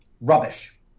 rubbish